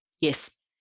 Yes